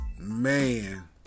Man